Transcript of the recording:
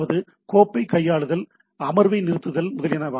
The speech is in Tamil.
அதாவது கோப்பை கையாளுதல் அமர்வை நிறுத்துதல் முதலியன